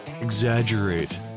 exaggerate